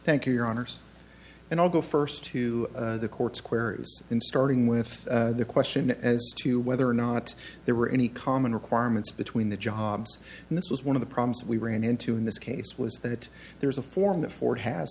thank you your honors and i'll go first to the court's square in starting with the question as to whether or not there were any common requirements between the jobs and this was one of the problems we ran into in this case was that there's a form that ford has